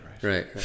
right